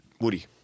Woody